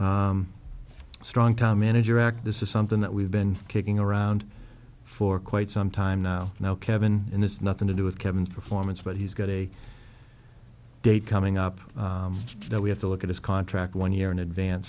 strong time manager act this is something that we've been kicking around for quite some time now now kevin and this nothing to do with kevin performance but he's got a date coming up that we have to look at his contract one year in advance